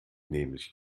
nämlich